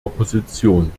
opposition